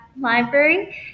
Library